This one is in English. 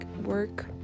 work